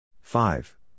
Five